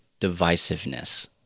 divisiveness